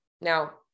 Now